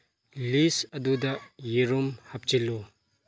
ꯂꯤꯁ ꯑꯗꯨꯗ ꯌꯦꯔꯨꯝ ꯍꯥꯞꯆꯤꯜꯂꯨ